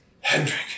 Hendrik